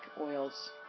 oils